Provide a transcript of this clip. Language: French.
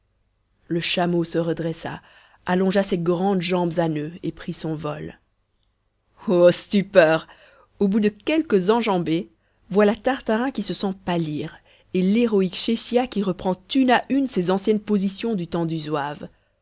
le chameau se redressa allongea ses grandes jambes à noeuds et prit son vol o stupeur au bout de quelques enjambées voilà tartarin qui se sent pâlir et l'héroïque chéchia qui reprend une à une ses anciennes positions du temps du zouave